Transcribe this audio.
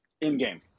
in-game